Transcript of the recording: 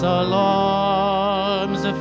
alarms